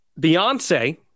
Beyonce